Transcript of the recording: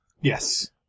Yes